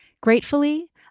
Gratefully